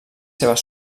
seves